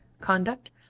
conduct